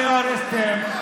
לא מדבר עם טרוריסטים.